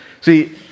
See